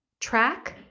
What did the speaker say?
track